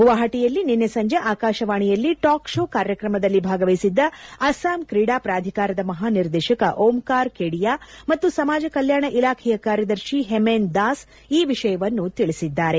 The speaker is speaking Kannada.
ಗುವಾಹಟಿಯಲ್ಲಿ ನಿನ್ನೆ ಸಂಜೆ ಆಕಾಶವಾಣಿಯಲ್ಲಿ ಟಾಕ್ ಶೋ ಕಾರ್ಯಕ್ರಮದಲ್ಲಿ ಭಾಗವಿಸಿದ್ದ ಅಸ್ನಾಂ ಕ್ರೀಡಾ ಪ್ರಾಧಿಕಾರದ ಮಹಾ ನಿರ್ದೇಶಕ ಓಂಕಾರ್ ಕೆಡಿಯಾ ಮತ್ತು ಸಮಾಜ ಕಲ್ಲಾಣ ಇಲಾಖೆಯ ಕಾರ್ಯದರ್ಶಿ ಹೆಮೆನ್ ದಾಸ್ ಈ ವಿಷಯವನ್ನು ತಿಳಿಸಿದ್ದಾರೆ